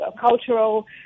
cultural